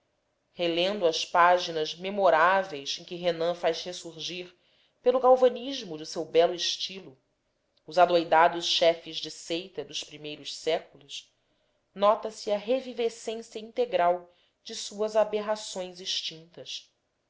relendo as páginas memoráveis em que renan faz ressurgir pelo galvanismo do seu belo estilo os adoudados chefes de seita dos primeiros séculos nota-se a revivescência integral de suas aberrações extintas